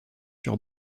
sur